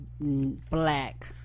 black